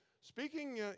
speaking